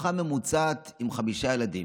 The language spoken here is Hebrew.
משפחה ממוצעת עם חמישה ילדים,